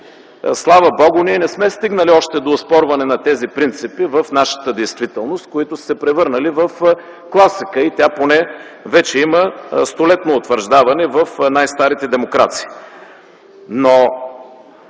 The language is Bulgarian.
Слава Богу, ние още не сме стигнали до оспорване на тези принципи в нашата действителност, които са се превърнали в класика и тя поне вече има столетно утвърждаване в най-старите демокрации.